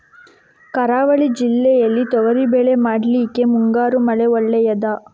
ಕರಾವಳಿ ಜಿಲ್ಲೆಯಲ್ಲಿ ತೊಗರಿಬೇಳೆ ಮಾಡ್ಲಿಕ್ಕೆ ಮುಂಗಾರು ಮಳೆ ಒಳ್ಳೆಯದ?